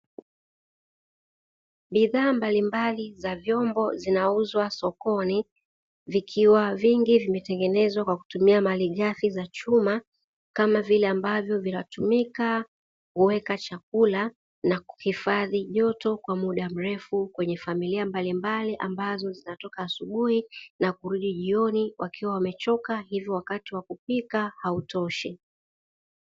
Bidhaa mbalimbali za vyombo zinauzwa sokoni vikiwa vingi vimetengenezwa kwa kutumia malighafi za chuma kama vile ambavyo vinatumika kuweka chakula na kuhifadhi joto kwa muda mrefu, kwenye familia mbalimbali ambazo zinatoka asubuhi na kurudi jioni wakiwa wamechoka hivyo wakati wa kupika hautoshi.